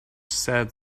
sad